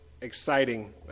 exciting